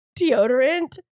deodorant